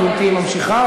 גברתי ממשיכה,